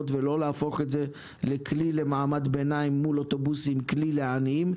ולא להפוך את זה לכלי למעמד ביניים מול אוטובוסים שהם כלי לעניים,